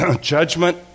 judgment